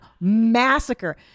massacre